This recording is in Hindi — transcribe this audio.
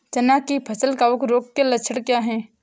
चना की फसल कवक रोग के लक्षण क्या है?